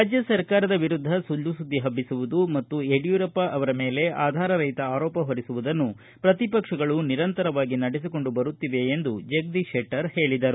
ರಾಜ್ಯ ಸರ್ಕಾರದ ವಿರುದ್ಧ ಸುಳ್ಳು ಸುದ್ದಿ ಹಬ್ಬಿಸುವುದು ಮತ್ತು ಯಡಿಯೂರಪ್ಪ ಮೇಲೆ ಆಧಾರರಹಿತ ಆರೋಪ ಹೊರಿಸುವುದನ್ನು ಪ್ರತಿಪಕ್ಷಗಳು ನಿರಂತರವಾಗಿ ನಡೆಸಿಕೊಂಡು ಬರುತ್ತಿವೆ ಎಂದು ಜಗದೀಶ ಶೆಟ್ಟರ್ ಹೇಳಿದರು